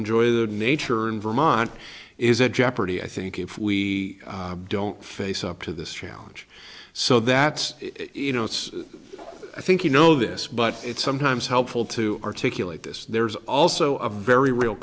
enjoy the nature in vermont is a jeopardy i think if we don't face up to this challenge so that it's i think you know this but it's sometimes helpful to articulate this there's also a very real